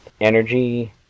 Energy